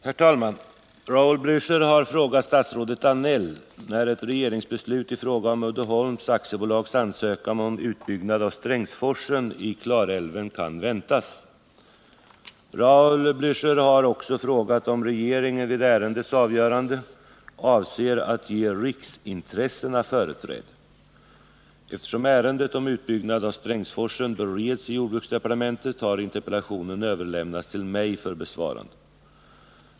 Herr talman! Raul Blächer har frågat statsrådet Danell när ett regeringsbeslut i fråga om Uddeholms AB:s ansökan om utbyggnad av Strängsforsen i Klarälven kan väntas. Raul Blächer har också frågat om regeringen vid ärendets avgörande avser att ge riksintressena företräde. Eftersom ärendet om utbyggnad av Strängsforsen bereds i jordbruksdepartementet har interpellationen överlämnats till mig för besvarande.